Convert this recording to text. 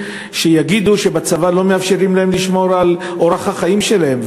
שיגידו שבצבא לא מאפשרים להם לשמור על אורח החיים שלהם,